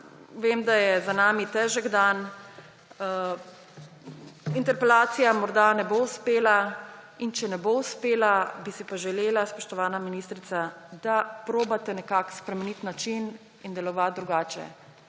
Vem, da je za nami težak dan. Interpelacija morda ne bo uspela. In če ne bo uspela, bi si pa želela, spoštovana ministrica, da poskusite nekako spremeniti način in delovati drugače.